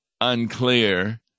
unclear